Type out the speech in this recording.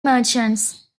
merchants